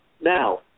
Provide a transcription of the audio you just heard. Now